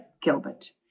gilbert